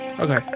Okay